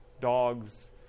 dogs